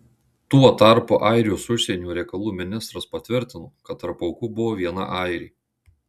tuo tarpu airijos užsienio reikalų ministras patvirtino kad tarp aukų buvo viena airė